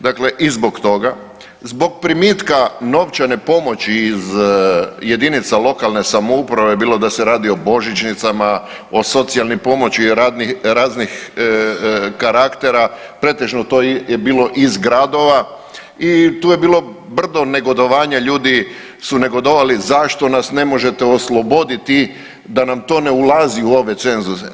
Dakle, i zbog toga, zbog primitka novčane pomoći iz jedinica lokalne samouprave bilo da se radi o božićnicama, o socijalnoj pomoći raznih karaktera pretežno je to bilo iz gradova i tu je bilo brdo negodovanja, ljudi su negodovali zašto nas ne možete osloboditi da nam to ne ulazi u ove cenzuse.